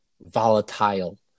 volatile